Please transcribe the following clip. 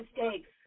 mistakes